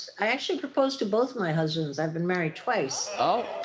i actually proposed to both my husbands. i've been married twice.